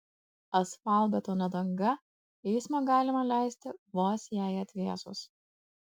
asfaltbetonio danga eismą galima leisti vos jai atvėsus